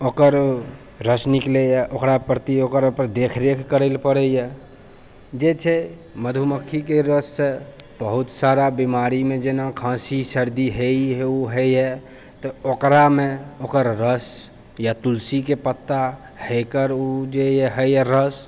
ओकर रस निकलै यऽ ओकरा प्रति ओकर देखरेख करै लए पड़ै यऽ जे छै मधुमक्खीके रससँ बहुत सारा बीमारीमे जेना खाँसी सर्दी हे ई हे उ होइए तऽ ओकरामे ओकर रस या तुलसीके पत्ता हे एकर उ जे होइए रस